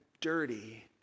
dirty